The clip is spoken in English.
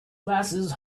glasses